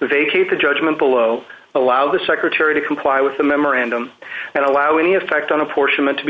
vacate the judgment below allow the secretary to comply with a memorandum and allow any effect on apportionment to be